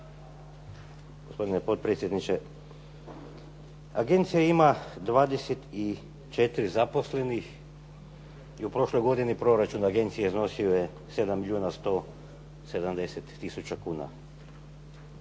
Gospodine potpredsjedniče. Agencija ima 24 zaposlenih i u prošloj godini proračun Agencije iznosio je 7 milijuna 170 tisuća kuna.